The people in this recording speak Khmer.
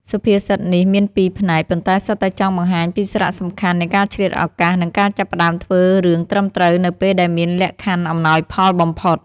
សុភាសិតនេះមានពីរផ្នែក ប៉ុន្តែសុទ្ធតែចង់បង្ហាញពីសារៈសំខាន់នៃការឆ្លៀតឱកាស និងការចាប់ផ្ដើមធ្វើរឿងត្រឹមត្រូវនៅពេលដែលមានលក្ខខណ្ឌអំណោយផលបំផុត ។